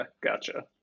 gotcha